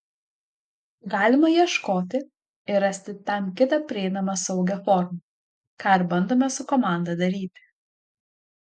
galima ieškoti ir rasti tam kitą prieinamą saugią formą ką ir bandome su komanda daryti